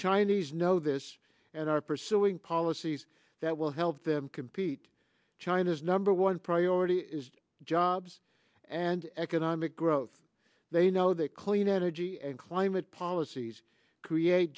chinese know this and are pursuing policies that will help them compete china's number one priority is jobs and economic growth they know that clean energy and climate policies create